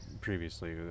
previously